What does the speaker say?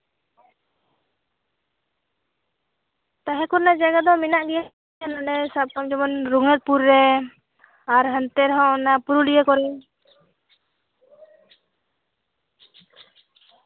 ᱛᱟᱦᱮᱸ ᱠᱚᱨᱮᱱᱟᱜ ᱡᱟᱭᱜᱟ ᱫᱚ ᱢᱮᱱᱟᱜ ᱜᱮᱭᱟ ᱚᱱᱮ ᱥᱟᱵ ᱠᱟᱜ ᱢᱮ ᱡᱮᱢᱚᱱ ᱨᱚᱜᱷᱩᱱᱟᱛᱷᱯᱩᱨ ᱨᱮ ᱟᱨ ᱦᱟᱱᱛᱮ ᱨᱮᱦᱚᱸ ᱚᱱᱟ ᱯᱩᱨᱩᱞᱤᱭᱟᱹ ᱠᱚᱨᱮ